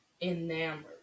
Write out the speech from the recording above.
enamored